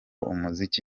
umuziki